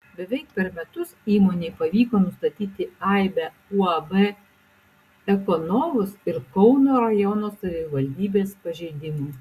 beveik per metus įmonei pavyko nustatyti aibę uab ekonovus ir kauno rajono savivaldybės pažeidimų